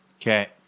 Okay